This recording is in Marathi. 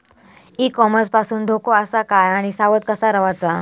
ई कॉमर्स पासून धोको आसा काय आणि सावध कसा रवाचा?